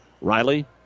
Riley